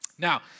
Now